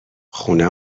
خونه